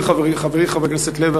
הזכיר חברי חבר הכנסת הופמן,